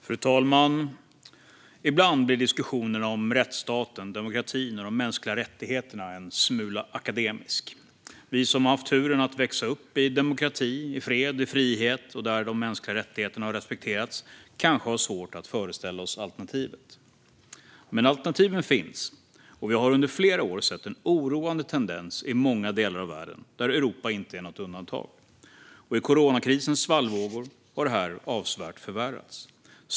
Fru talman! Ibland blir diskussionen om rättsstaten, demokratin och de mänskliga rättigheterna en smula akademisk. Vi som har haft turen att få växa upp i demokrati, i fred, i frihet och där de mänskliga rättigheterna har respekterats kanske har svårt att föreställa oss alternativet. Men alternativen finns. Vi har under flera år sett en oroande tendens i många delar av världen, där Europa inte är något undantag. I coronakrisens svallvågor har detta avsevärt förvärrats.